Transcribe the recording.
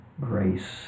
grace